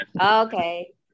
Okay